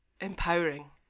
empowering